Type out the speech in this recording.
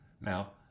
Now